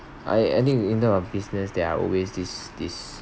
I I think in terms of business there are always this this